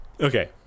Okay